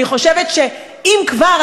אני חושבת שאם כבר,